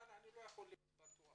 אבל אני לא יכול להיות בטוח.